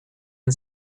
and